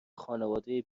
خانواده